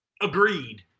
agreed